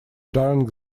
during